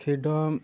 ਖੇਡਾਂ